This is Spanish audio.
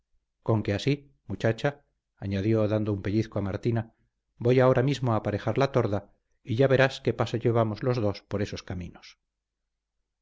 bien conque así muchacha añadió dando un pellizco a martina voy ahora mismo a aparejar la torda y ya verás qué paso llevamos los dos por esos caminos